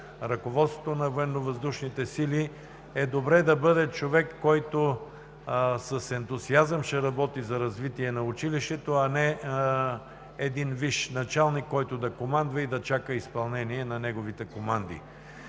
Военновъздушните сили, е добре да бъде от човек, който с ентусиазъм ще работи за развитие на училището, а не един висш началник, който да командва и да чака изпълнение на неговите команди.